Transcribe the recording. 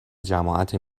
جماعت